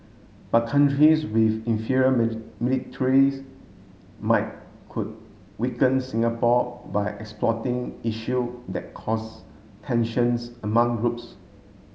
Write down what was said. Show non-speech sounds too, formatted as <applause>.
but countries with inferior <unintelligible> might could weaken Singapore by exploiting issue that cause tensions among groups